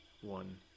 one